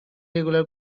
regular